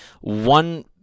One